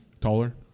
taller